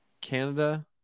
Canada